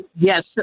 Yes